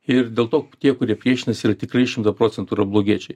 ir dėl to tie kurie priešinasi yra tikrai šimtą procentų yra blogiečiai